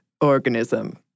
organism